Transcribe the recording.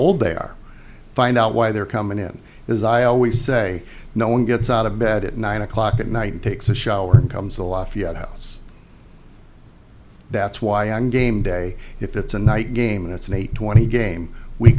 old they are find out why they're coming in because i always say no one gets out of bed at nine o'clock at night and takes a shower and comes to lafayette house that's why on game day if it's a night game and it's an eight twenty game we